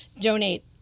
donate